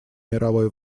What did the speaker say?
мировой